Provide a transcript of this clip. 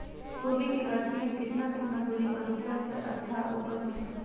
कोबी के गाछी के कितना कितना दूरी पर रोपला से अच्छा उपज मिलतैय?